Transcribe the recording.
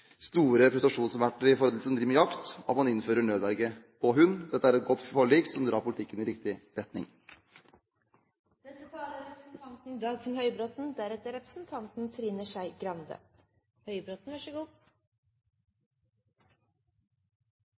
store frustrasjonen som har vært for dem som driver med jakt, ved at man innfører nødverge for hund. Dette er et godt forlik som drar politikken i riktig retning.